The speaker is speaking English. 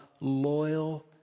loyal